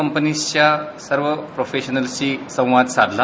कंपनीच्या सर्व प्रोफेशनलशी संवाद साधला